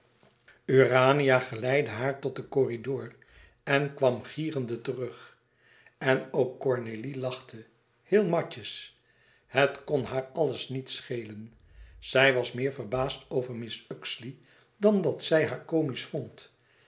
leidde haar tot den corridor en kwam gierende terug en ook cornélie lachte heel matjes het kon haar alles niets schelen zij was meer verbaasd over mrs uxeley dan dat zij haar komisch vond